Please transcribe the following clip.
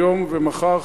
היום ומחר,